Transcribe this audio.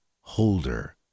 holder